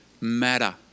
matter